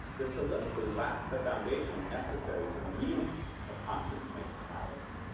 the soliloquy lacks the foundation necessary to the meaning of conscience makes cowards.